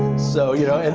so, you know. and